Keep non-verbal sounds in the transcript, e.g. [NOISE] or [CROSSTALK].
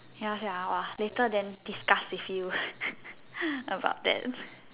ya Sia !wah! later then discuss with you [LAUGHS] about that